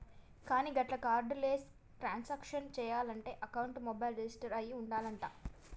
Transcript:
కానీ గట్ల cardless transaction చేయాలంటే అకౌంట్ మొబైల్ రిజిస్టర్ అయి ఉండాలంట